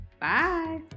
Bye